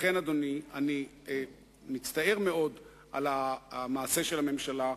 לכן, אדוני, אני מצטער מאוד על המעשה של הממשלה.